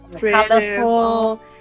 colorful